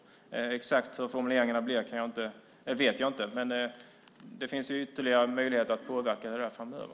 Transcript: Jag vet inte exakt hur formuleringarna blir, men det finns ytterligare möjligheter att påverka det framöver.